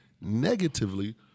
negatively